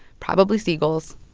probably seagulls